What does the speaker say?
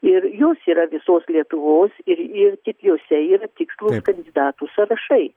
ir jos yra visos lietuvos ir tik jose yra tikslūs kandidatų sąrašai